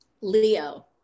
Leo